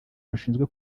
rushinzwe